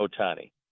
otani